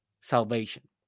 salvation